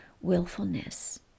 willfulness